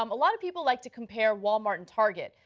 um a lot of people like to compare walmart and target,